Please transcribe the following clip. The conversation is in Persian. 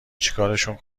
چیکارشون